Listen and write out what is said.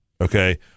Okay